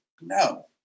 no